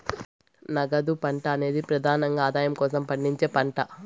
నగదు పంట అనేది ప్రెదానంగా ఆదాయం కోసం పండించే పంట